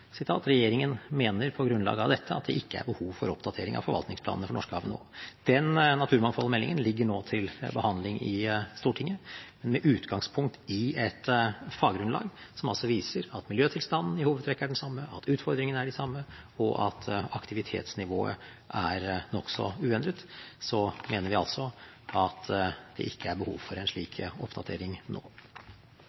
mener på grunnlag av dette at det ikke er behov for oppdatering av forvaltningsplanen for Norskehavet nå.» Den naturmangfoldmeldingen ligger nå til behandling i Stortinget, med utgangspunkt i et faggrunnlag som altså viser at miljøtilstanden i hovedtrekk er den samme, at utfordringene er de samme, og at aktivitetsnivået er nokså uendret. Så vi mener at det ikke er behov for en